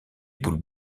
boules